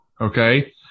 Okay